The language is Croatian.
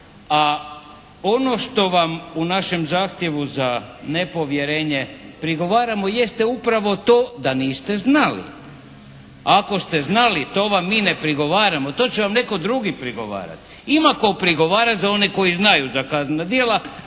a ono što vam u našem zahtjevu za nepovjerenje prigovaramo jeste upravo to da niste znali. Ako ste znali to vam mi ne prigovaramo, to će vam netko drugi prigovarati. Ima tko prigovarati za one koji znaju za kaznena djela,